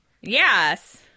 Yes